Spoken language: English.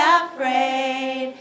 afraid